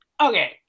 okay